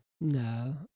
No